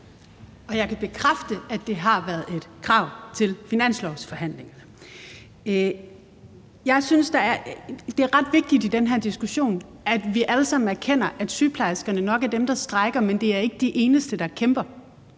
Jeg kan bekræfte, at det har været et krav i forbindelse med finanslovsforhandlingerne. Det er ret vigtigt i den her diskussion, at vi alle sammen erkender, at sygeplejerskerne nok er dem, der strejker, men de er ikke de eneste, der kæmper.